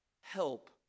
Help